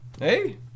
Hey